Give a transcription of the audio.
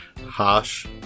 Harsh